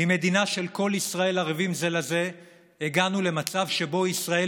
ממדינה של כל ישראל ערבים זה לזה הגענו למצב שבו ישראל